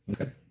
Okay